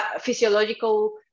physiological